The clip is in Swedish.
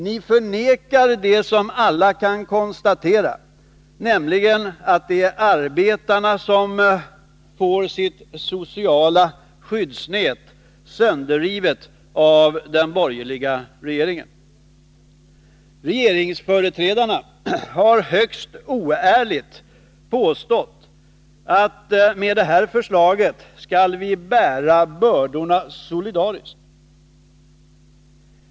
Ni förnekar det som alla kan konstatera, nämligen att det är arbetarna som får sitt sociala skyddsnät sönderrivet av den borgerliga regeringen. Regeringsföreträdarna har högst oärligt påstått att med det här förslaget skall vi bära bördorna solidariskt.